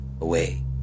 away